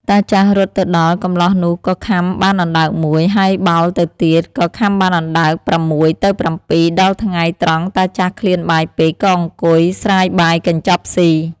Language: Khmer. តាចាស់រត់ទៅដល់ កម្លោះនោះក៏ខាំបានអណ្ដើកមួយ ហើយបោលទៅទៀត ក៏ខាំបានអណ្ដើក ៦-៧ ដល់ថ្ងៃត្រង់តាចាស់ឃ្លានបាយពេក ក៏អង្គុយស្រាយបាយកញ្ចប់ស៊ី។